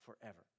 forever